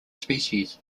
species